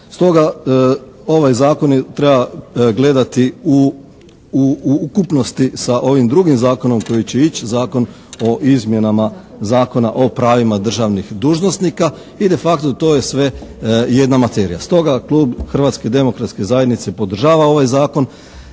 Stoga ovaj Zakon treba gledati u ukupnosti sa ovim drugim zakonom koji će ići, Zakon o izmjenama Zakona o pravima državnih dužnosnika. I de facto to je sve jedna materija. Stoga klub Hrvatske demokratske zajednice podržava ovaj zakon